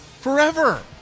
forever